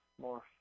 more